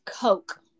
Coke